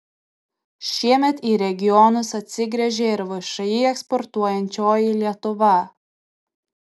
šiemet į regionus atsigręžė ir všį eksportuojančioji lietuva